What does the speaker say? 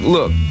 Look